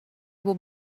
will